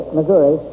Missouri